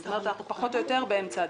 זאת אומרת שאנחנו פחות או יותר באמצע הדרך.